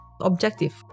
objective